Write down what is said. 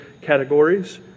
categories